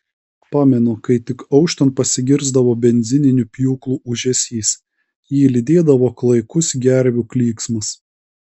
pamenu kai tik auštant pasigirsdavo benzininių pjūklų ūžesys jį lydėdavo klaikus gervių klyksmas